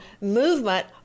movement